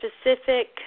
specific